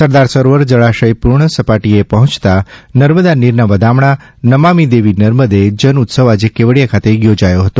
સરદાર સરોવર જળાશય પૂર્ણ સપાટીએ પહોંચતા નર્મદા નીરના વધામણા નમામી દેવી નર્મદે જન ઉત્સવ આજે કેવડીયા ખાતે યોજાયો હતો